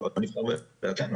כן.